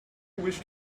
wish